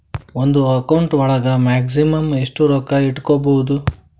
ಒಂದು ಅಕೌಂಟ್ ಒಳಗ ಮ್ಯಾಕ್ಸಿಮಮ್ ಎಷ್ಟು ರೊಕ್ಕ ಇಟ್ಕೋಬಹುದು?